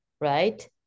right